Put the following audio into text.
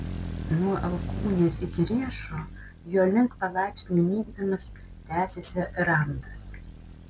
nuo alkūnės iki riešo jo link palaipsniui nykdamas tęsėsi randas